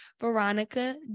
veronica